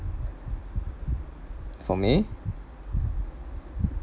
for me